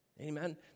Amen